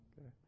Okay